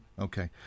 Okay